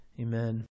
Amen